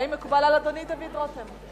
האם מקובל על אדוני, דוד רותם?